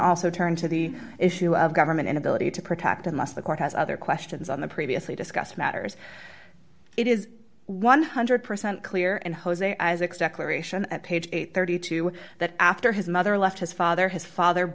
also turn to the issue of government inability to protect unless the court has other questions on the previously discussed matters it is one hundred percent clear and jose isaac's declaration at page eight hundred and thirty two that after his mother left his father his father